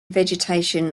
vegetation